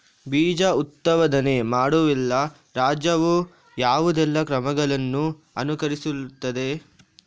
ಬೀಜ ಉತ್ಪಾದನೆ ಮಾಡುವಲ್ಲಿ ರಾಜ್ಯವು ಯಾವುದೆಲ್ಲ ಕ್ರಮಗಳನ್ನು ಅನುಕರಿಸುತ್ತದೆ?